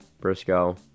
Briscoe